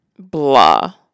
blah